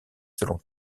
selon